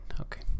okay